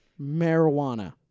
marijuana